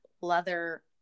leather